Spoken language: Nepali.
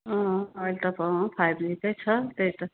अँ अहिले त अँ फाइभ जीकै छ त्यही त